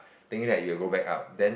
think that it will go back up then